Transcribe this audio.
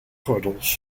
gordels